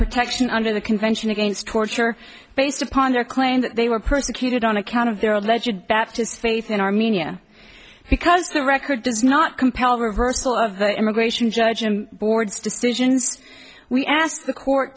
protection under the convention against torture based upon their claim that they were persecuted on account of their alleged baptist faith in armenia because the record does not compel reversal of the immigration judge him board's decision we asked the court